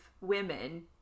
women